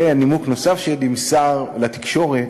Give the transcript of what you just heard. ונימוק נוסף שנמסר לתקשורת,